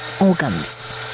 organs